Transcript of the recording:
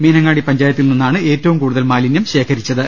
മീനങ്ങാടി പഞ്ചായത്തിൽ നിന്നാണ് ഏറ്റവും കൂടുതൽ മാലിന്യം ശേഖരിച്ചത്